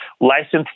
licensed